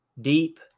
Deep